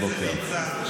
איזה ליצן.